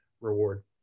reward